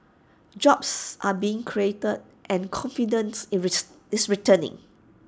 jobs are being created and confidence is is returning